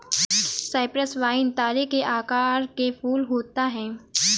Cyprus vine तारे के आकार के फूल होता है